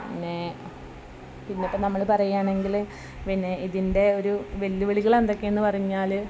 പിന്നെ പിന്നെയിപ്പം നമ്മൾ പറയുകയാണെങ്കിൽ പിന്നെ ഇതിൻ്റെ ഒരു വെല്ലുവിളികൾ എന്തൊക്കെയെന്ന് പറഞ്ഞാൽ